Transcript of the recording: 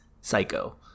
Psycho